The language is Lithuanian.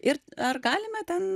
ir ar galime ten